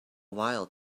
while